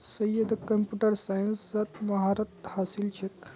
सैयदक कंप्यूटर साइंसत महारत हासिल छेक